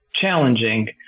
challenging